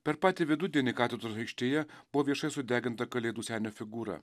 per patį vidudienį katedros aikštėje buvo viešai sudeginta kalėdų senio figūra